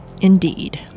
indeed